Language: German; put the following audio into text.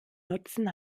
nutzen